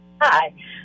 hi